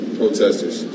protesters